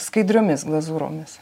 skaidriomis glazūromis